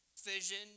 vision